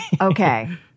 Okay